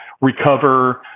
recover